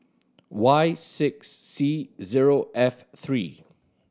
Y six C zero F three